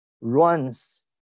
runs